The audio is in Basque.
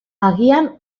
agian